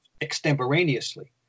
extemporaneously